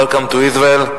Welcome to Israel.